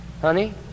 honey